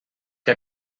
que